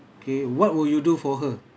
K what will you do for her